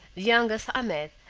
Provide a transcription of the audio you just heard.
youngest ahmed,